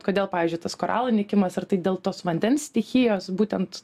kodėl pavyzdžiui tas koralų nykimas ar tai dėl tos vandens stichijos būtent